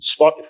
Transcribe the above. Spotify